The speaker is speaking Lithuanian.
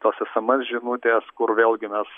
tos sms žinutės kur vėlgi mes